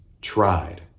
tried